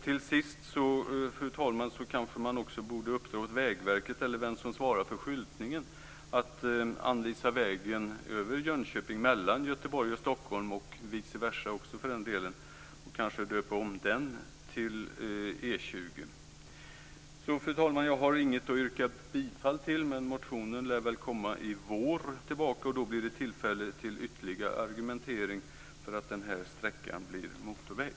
Till sist, fru talman: Man borde kanske uppdra åt Vägverket - eller vem det nu är som svarar för vägskyltningen - att anvisa vägen över Jönköping mellan Göteborg och Stockholm, och vice versa, och kanske döpa om den sträckan till E 20. Jag har inget att yrka bifall till men motionen lär komma tillbaka till våren. Då blir det tillfälle till ytterligare argumentering för att nämnda sträcka blir motorväg.